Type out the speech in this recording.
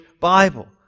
Bible